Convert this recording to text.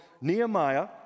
Nehemiah